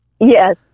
yes